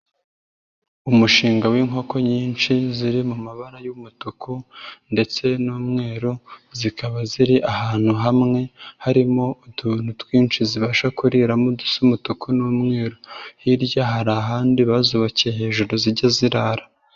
Umushinga w'inkoko nyinshi ziri mu mabara y'umutuku ndetse n'umweru, zikaba ziri ahantu hamwe harimo utuntu twinshi zibasha kuriramo dusa umutuku n'umweru, hirya hari ahandi bazubakiye hejuru zijya zirara.